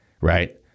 Right